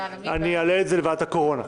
מי בעד להעביר את לוועדת הקורונה?